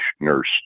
nurse